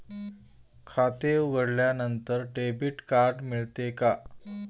खाते उघडल्यानंतर debit card मिळते का?